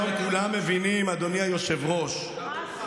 לא, ממש לא.